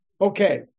Okay